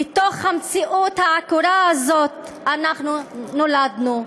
לתוך המציאות העקורה הזאת אנחנו נולדנו.